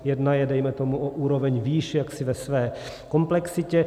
Jedna je dejme tomu o úroveň výše jaksi ve své komplexitě.